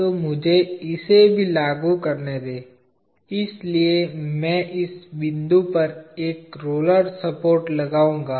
तो मुझे इसे भी लागू करने दें इसलिए मैं इस बिंदु पर एक रोलर सपोर्ट लगाऊंगा